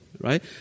right